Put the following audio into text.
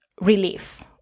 relief